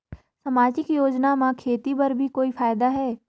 समाजिक योजना म खेती बर भी कोई फायदा है?